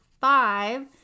five